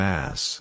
Mass